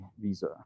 visa